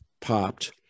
popped